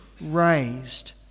raised